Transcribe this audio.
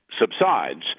subsides